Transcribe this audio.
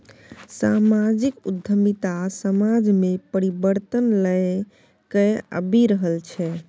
समाजिक उद्यमिता समाज मे परिबर्तन लए कए आबि रहल छै